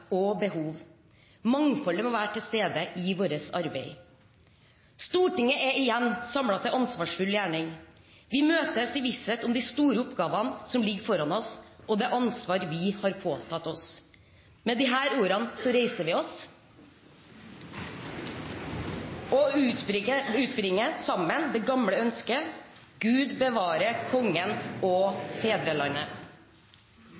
og behov. Mangfoldet må være til stede i vårt arbeid. Stortinget er igjen samlet til ansvarsfull gjerning. Vi møtes i visshet om de store oppgavene som ligger foran oss, og det ansvaret vi har påtatt oss. Med disse ordene reiser vi oss og utbringer sammen det gamle ønsket: Gud bevare Kongen og